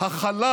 הכלה